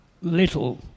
little